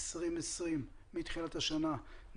מתחילת השנה,